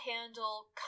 handle